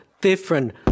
different